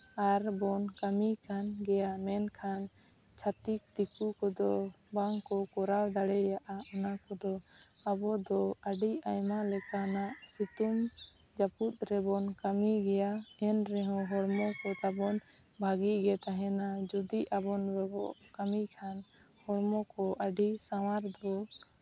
ᱟᱨ ᱵᱚᱱ ᱠᱟᱹᱢᱤ ᱠᱟᱱ ᱜᱮᱭᱟ ᱢᱮᱱᱠᱷᱟᱱ ᱪᱷᱟᱹᱛᱤᱠ ᱫᱤᱠᱩ ᱠᱚᱫᱚ ᱵᱟᱝ ᱠᱚ ᱠᱚᱨᱟᱣ ᱫᱟᱲᱮᱭᱟᱜᱼᱟ ᱚᱱᱟ ᱠᱚᱫᱚ ᱟᱵᱚ ᱫᱚ ᱟᱹᱰᱤ ᱟᱭᱢᱟ ᱞᱮᱠᱟᱱᱟᱜ ᱥᱤᱛᱩᱝ ᱡᱟᱹᱯᱩᱫ ᱨᱮᱵᱚᱱ ᱠᱟᱹᱢᱤ ᱜᱮᱭᱟ ᱮᱱ ᱨᱮᱦᱚᱸ ᱦᱚᱲᱢᱚ ᱠᱚ ᱛᱟᱵᱚᱱ ᱵᱷᱟᱹᱜᱤ ᱜᱮ ᱛᱟᱦᱮᱱᱟ ᱟᱨ ᱡᱚᱫᱤ ᱟᱵᱚ ᱵᱟᱵᱚᱱ ᱠᱟᱹᱢᱤ ᱠᱷᱟᱱ ᱦᱚᱲᱢᱚ ᱠᱚ ᱟᱹᱰᱤ ᱥᱟᱶᱟᱨ ᱫᱚ